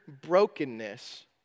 brokenness